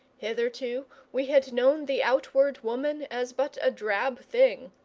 hitherto we had known the outward woman as but a drab thing,